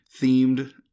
themed